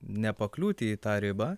nepakliūti į tą ribą